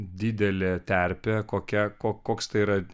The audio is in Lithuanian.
didelė terpė kokia koks tai yra